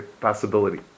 possibility